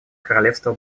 королевства